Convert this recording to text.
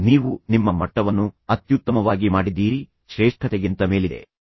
ನೀವು ನಿಮ್ಮ ಮಟ್ಟವನ್ನು ಅತ್ಯುತ್ತಮವಾಗಿ ಮಾಡಿದ್ದೀರಿ ಇದು ಶ್ರೇಷ್ಠತೆಗಿಂತ ಹೆಚ್ಚಾಗಿದೆ ಇದು ಶ್ರೇಷ್ಠತೆಗಿಂತ ಮೇಲಿದೆ